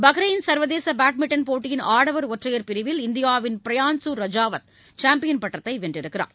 Bahrain சர்வதேச badminton போட்டியின் ஆடவர் ஒற்றையர் பிரிவில் இந்தியாவின் பிரியான்சு ரஜாவத் சாம்பியன் பட்டத்தை வென்றுள்ளார்